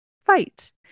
Fight